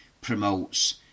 promotes